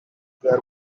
their